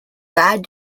bad